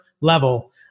level